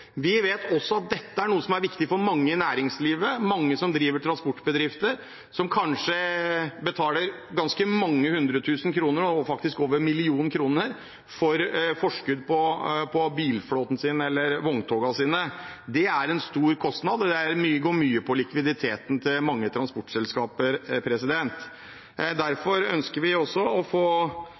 Vi vet at dette også er noe som er viktig for mange i næringslivet, mange som driver transportbedrifter, som kanskje betaler ganske mange hundretusen kroner – og faktisk over en million kroner – i forskudd på bilflåten sin eller vogntogene sine. Det er en stor kostnad, og det går mye på likviditeten til mange transportselskaper. Derfor ønsker vi å få